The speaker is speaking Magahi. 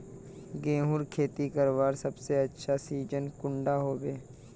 गेहूँर खेती करवार सबसे अच्छा सिजिन कुंडा होबे?